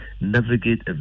navigate